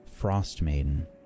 Frostmaiden